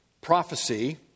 prophecy